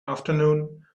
afternoon